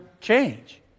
change